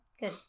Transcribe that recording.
Good